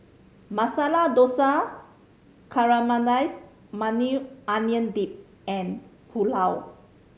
Masala Dosa Caramelize Maui Onion Dip and Pulao